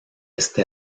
este